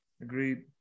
Agreed